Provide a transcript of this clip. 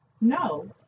No